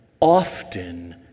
often